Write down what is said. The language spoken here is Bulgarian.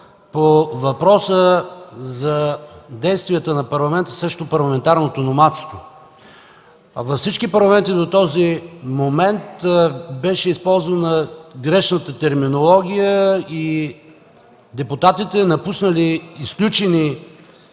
по въпроса за действията на Парламента срещу парламентарното номадство. Във всички парламенти до този момент беше използвана грешна терминология и депутатите, напуснали, изключени